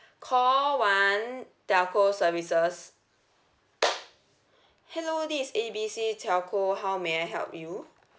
call one telco services hello this is A B C telco how may I help you